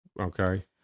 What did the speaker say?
okay